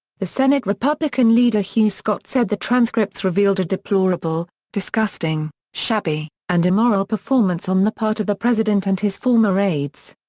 the senate republican leader hugh scott said the transcripts revealed a deplorable, disgusting, shabby, and immoral performance on the part of the president and his former aides.